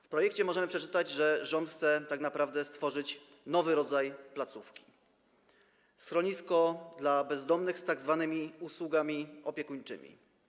W projekcie możemy przeczytać, że rząd chce tak naprawdę stworzyć nowy rodzaj placówki - schronisko dla bezdomnych z tzw. usługami opiekuńczymi.